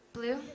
Blue